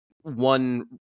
one